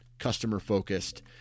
customer-focused